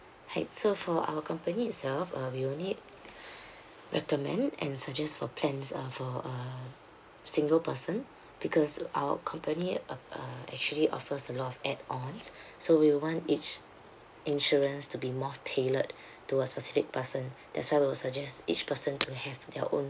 right so for our company itself uh we will need recommend and suggest for plans uh for a single person because our company uh uh actually offers a lot of add ons so we want each insurance to be more tailored to a specific person that's why we will suggest each person to have their own